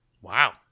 Wow